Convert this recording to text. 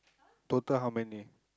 total how many